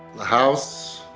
the house,